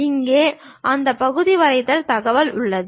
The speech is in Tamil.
இங்கே அந்த பகுதி வரைதல் தகவல் உள்ளது